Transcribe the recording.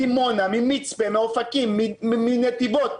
מרוחם מדימונה, ממצפה, מאופקים, מנתיבות.